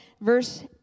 verse